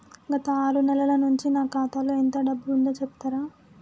గత ఆరు నెలల నుంచి నా ఖాతా లో ఎంత డబ్బు ఉందో చెప్తరా?